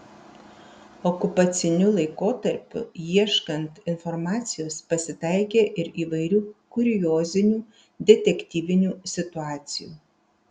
okupaciniu laikotarpiu ieškant informacijos pasitaikė ir įvairių kuriozinių detektyvinių situacijų